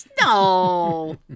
No